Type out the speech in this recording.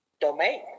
domain